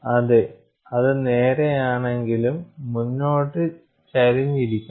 അതെ അത് നേരെയാണെങ്കിലും മുന്നോട്ട് ചരിഞ്ഞിരിക്കണം